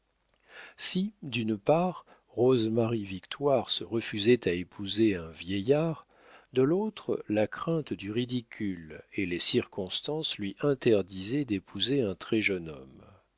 si d'une part rose marie victoire se refusait à épouser un vieillard de l'autre la crainte du ridicule et les circonstances lui interdisaient d'épouser un très-jeune homme